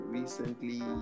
recently